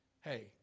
Hey